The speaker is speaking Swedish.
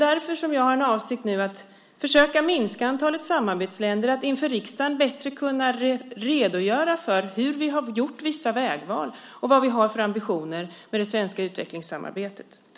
Därför har jag också en avsikt nu att försöka minska antalet samarbetsländer och att inför riksdagen bättre kunna redogöra för hur vi har gjort vissa vägval och vilka ambitioner vi har för det svenska utvecklingssamarbetet.